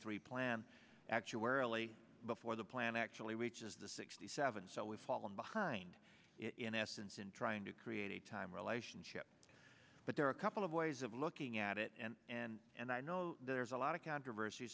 three plan actuarially before the plan actually reaches the sixty seven so we've fallen behind in essence in trying to create a time relationship but there are a couple of ways of looking at it and and and i know there's a lot of controversy